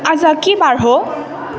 आज के बार हो